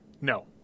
No